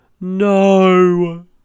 No